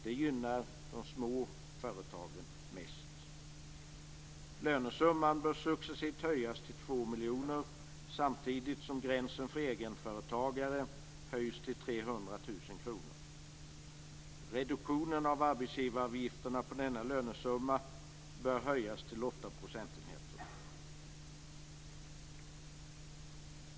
Det gynnar de små företagen mest. Lönesumman bör successivt höjas till två miljoner, samtidigt som gränsen för egenföretagare höjs till 300 000 kr. Reduktionen av arbetsgivaravgifterna på denna lönesumma bör höjas till åtta procentenheter.